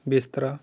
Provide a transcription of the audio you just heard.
ਬਿਸਤਰਾ